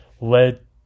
led